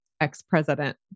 ex-president